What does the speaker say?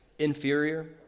Inferior